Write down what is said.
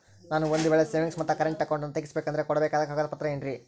ನಾನು ಒಂದು ವೇಳೆ ಸೇವಿಂಗ್ಸ್ ಮತ್ತ ಕರೆಂಟ್ ಅಕೌಂಟನ್ನ ತೆಗಿಸಬೇಕಂದರ ಕೊಡಬೇಕಾದ ಕಾಗದ ಪತ್ರ ಏನ್ರಿ?